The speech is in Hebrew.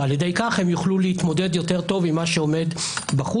ועל ידי כך הם יוכלו להתמודד טוב יותר עם מה שעומד בחוץ,